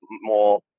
more